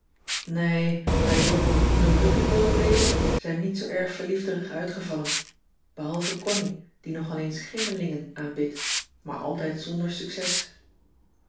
nee wij jopopinoloukicoleden zijn niet zoo erg verliefderig uitgevallen behalve connie die nog al eens gymmelingen aanbidt maar altijd zonder succes